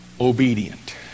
obedient